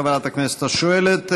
תודה לחברת הכנסת השואלת.